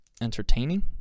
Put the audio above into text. entertaining